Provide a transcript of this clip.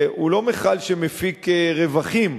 הוא לא מכל שמפיק רווחים,